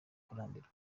kurambirwa